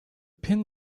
pin